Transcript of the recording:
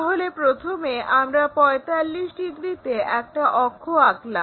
তাহলে প্রথমে আমরা 45 ডিগ্রিতে একটা অক্ষ আঁকলাম